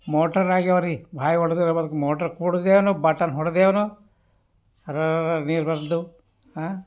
motor ಆಗ್ಯಾವ್ರಿ ಬಾವಿ ಒಡೆದು ಅದಕ್ಕೆ ಮೋಟಾರ್ ಕೂಡ್ಸೇವ್ನೂ ಬಟನ್ ಹೊಡೆದೇವ್ನೂ ಸರ್ರ ನೀರು ಬಂದವು